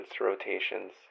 rotations